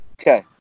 Okay